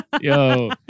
Yo